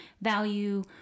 value